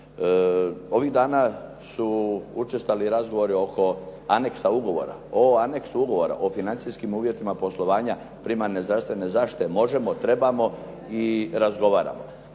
Ovih dana su učestali razgovori oko anexa ugovora, o anexu ugovora, o financijskim uvjetima poslovanja primarne zdravstvene zaštite možemo, trebamo i razgovaramo.